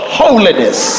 holiness